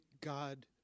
God